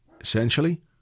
essentially